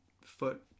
foot